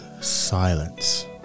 silence